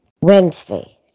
Wednesday